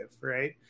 right